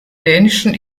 dänischen